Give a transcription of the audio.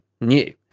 new